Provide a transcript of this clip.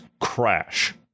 crash